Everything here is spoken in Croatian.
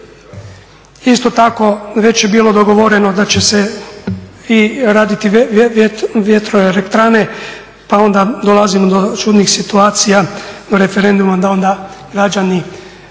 Isto tako već je bilo dogovoreno da će se i raditi vjetroelektrane, pa onda dolazimo do čudnih situacija, do referenduma da onda građani